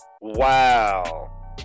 Wow